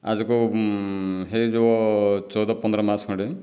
ଆଜିକୁ ହୋଇଯିବ ଚଉଦ ପନ୍ଦର ମାସ ଖଣ୍ଡେ